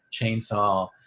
chainsaw